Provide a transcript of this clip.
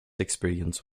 experience